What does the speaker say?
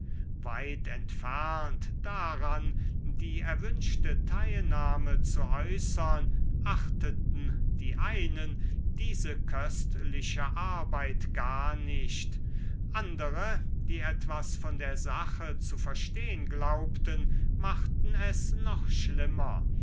weit entfernt daran die erwünschte teilnahme zu äußern achteten die einen diese köstliche arbeit gar nicht andere die etwas von der sache zu verstehn glaubten machten es noch schlimmer